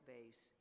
Base